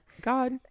god